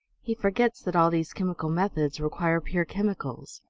he forgets that all these chemical methods require pure chemicals.